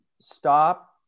stop